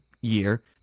year